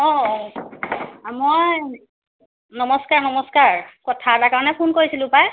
অঁ অঁ মই নমস্কাৰ নমস্কাৰ কথা এটাৰ কাৰণে ফোন কৰিছিলোঁ পাই